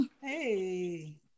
Hey